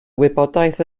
wybodaeth